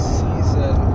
season